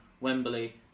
Wembley